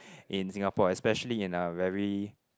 in Singapore especially in a very